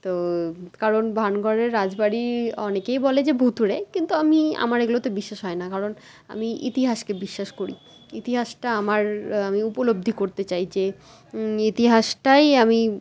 তো কারণ ভানগড়ের রাজবাড়ি অনেকেই বলে যে ভূতুড়ে কিন্তু আমি আমার এগুলোতে বিশ্বাস হয় না কারণ আমি ইতিহাসকে বিশ্বাস করি ইতিহাসটা আমার আমি উপলব্ধি করতে চাই যে ইতিহাসটাই আমি